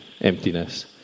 emptiness